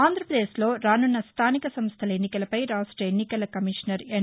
ఆంధ్రాప్రదేశ్లో రానున్న స్థానిక సంస్థల ఎన్నికలపై రాష్ట్ర ఎన్నికల కమీషనర్ ఎన్